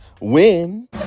win